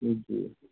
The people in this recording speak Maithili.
ठीक यऽ